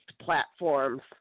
platforms